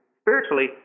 spiritually